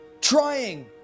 trying